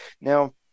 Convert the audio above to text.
Now